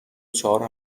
چهار